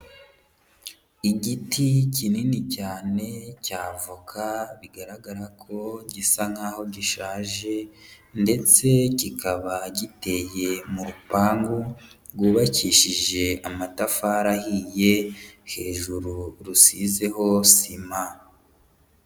Igiti kinini cyane cya avoka, bigaragara ko gisa nkaho gishaje ndetse kikaba giteye mu rupangu rwubakishije amatafari ahiye, hejuru rusizeho sima.